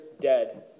dead